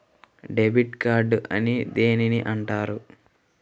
Debit card అని దేనిని అంటారు?